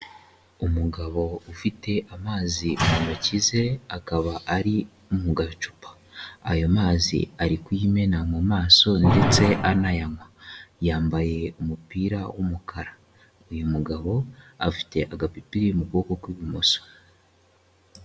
Umugabo ufite amazi mu ntoki ze, akaba ari mu gacupa, ayo mazi ari kuyimena mu maso ndetse anayanywa, yambaye umupira w'umukara uyu mugabo afite agapira mu kuboko kw'ibumoso.